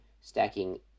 stacking